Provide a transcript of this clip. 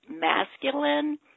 masculine